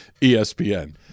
ESPN